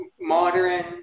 modern